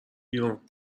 بیرون